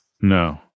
no